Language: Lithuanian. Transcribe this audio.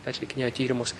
atlikinėjo tyrimus